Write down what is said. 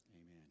Amen